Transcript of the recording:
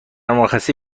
مرخصی